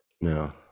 No